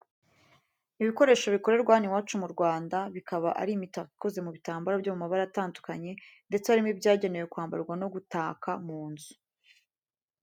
Ibikoresho bikorerwa hano iwacu mu Rwanda, bikaba ari imitako ikoze mu bitambaro byo mu mabara atandukanye ndetse harimo ibyagenewe kwambarwa no gutaka mu nzu,